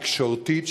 תקשורתית,